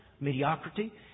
mediocrity